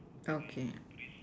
okay